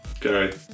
Gary